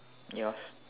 yours